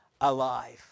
alive